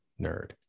nerd